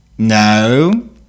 no